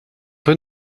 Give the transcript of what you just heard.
peu